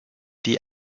die